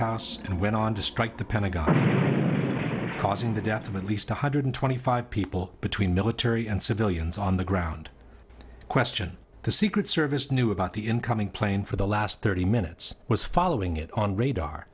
house and went on to strike the pentagon causing the death of at least one hundred twenty five people between military and civilians on the ground question the secret service knew about the incoming plane for the last thirty minutes was following it on radar